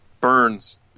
Burns